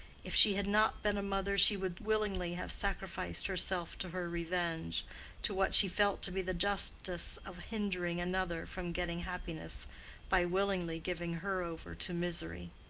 if she had not been a mother she would willingly have sacrificed herself to her revenge to what she felt to be the justice of hindering another from getting happiness by willingly giving her over to misery.